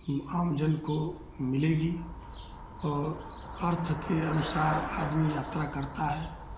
आमजन को मिलेगी अर्थ के अनुसार आदमी यात्रा करता है